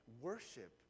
worship